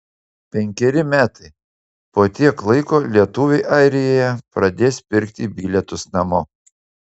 penkeri metai po tiek laiko lietuviai airijoje pradės pirkti bilietus namo